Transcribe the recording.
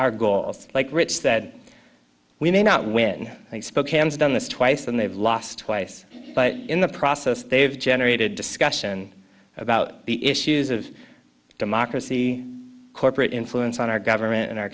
our goals like rich that we may not win and spokane has done this twice and they've lost twice but in the process they've generated discussion about the issues of democracy corporate influence on our government in our